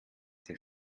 der